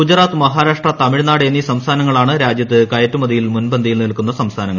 ഗൂജ്എാത്ത് മഹാരാഷ്ട്ര തമിഴ്നാട് എന്നീ സംസ്ഥാനങ്ങളാണ് രൂജ്യത്ത് കയറ്റുമതിയിൽ മുൻപദ്ധതിയിൽ നിൽക്കുന്ന സംസ്ഥാനങ്ങൾ